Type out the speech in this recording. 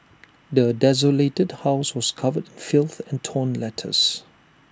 the desolated house was covered filth and torn letters